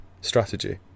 strategy